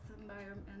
environment